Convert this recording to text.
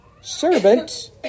servant